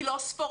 היא לא ספורדית,